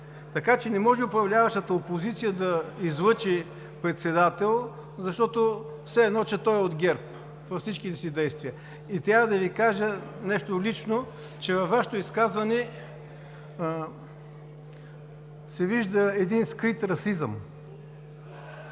така че не може управляващата опозиция да излъчи председател, защото все едно, че той е от ГЕРБ във всичките си действия. И трябва да Ви кажа нещо лично: във Вашето изказване се вижда един скрит расизъм.